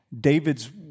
David's